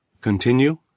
Continue